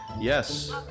yes